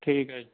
ਠੀਕ ਹੈ